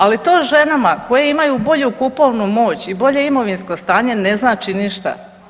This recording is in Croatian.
Ali to ženama koje imaju bolju kupovnu moć i bolje imovinsko stanje ne znači ništa.